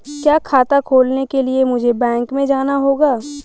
क्या खाता खोलने के लिए मुझे बैंक में जाना होगा?